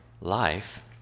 life